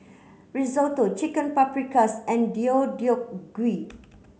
Risotto Chicken Paprikas and Deodeok Gui